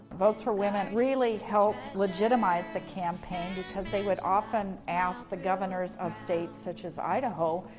votes for women really helped legitimize the campaign, because they would often ask the governors of states, such as idaho,